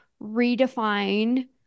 redefine